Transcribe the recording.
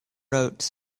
wrote